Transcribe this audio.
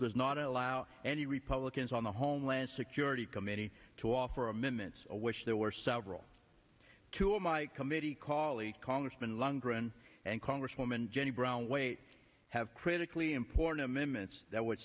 does not allow any republicans on the homeland security committee to offer amendments a wish there were several to of my committee colleague congressman lundgren and congresswoman jenny brown wait i have critically important amendments that w